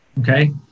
okay